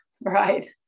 Right